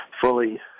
fully